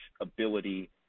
ability